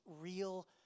real